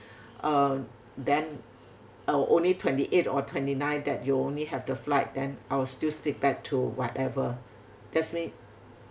uh then uh only twenty eight or twenty nine that you only have the flight then I'll still stick back to whatever that's mean